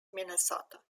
minnesota